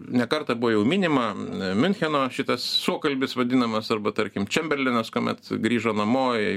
ne kartą buvo jau minima miuncheno šitas suokalbis vadinamas arba tarkim čemberlenas kuomet grįžo namo ir